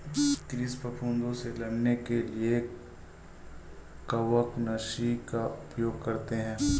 कृषि फफूदों से लड़ने के लिए कवकनाशी का उपयोग करते हैं